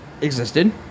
existed